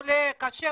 חלק,